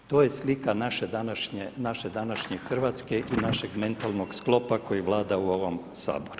To je slika naše današnje Hrvatske i našeg mentalnog sklopa koji vlada u ovom Saboru.